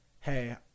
hey